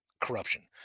corruption